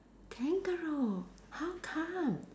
kangaroo how come